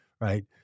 Right